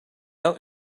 out